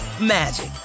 magic